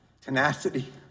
tenacity